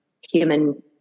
human